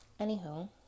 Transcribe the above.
anywho